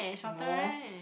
no